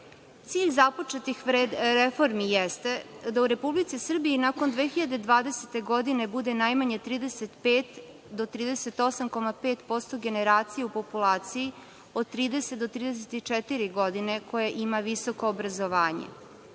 započetih reformi jeste da u Republici Srbiji nakon 2020. godine bude najmanje 35 do 38,5% generacije u populaciji od 30 do 34 godine koja ima visoko obrazovanje.